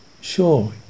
sure